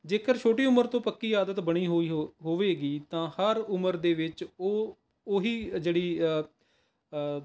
ਜੇਕਰ ਛੋਟੀ ਉਮਰ ਤੋਂ ਪੱਕੀ ਆਦਤ ਬਣੀ ਹੋਈ ਹੋ ਹੋਵੇਗੀ ਤਾਂ ਹਰ ਉਮਰ ਦੇ ਵਿੱਚ ਉਹ ਉਹੀ ਜਿਹੜੀ ਅ